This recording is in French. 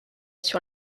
sur